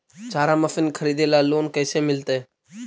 चारा मशिन खरीदे ल लोन कैसे मिलतै?